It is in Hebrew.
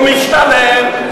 הוא משתלם,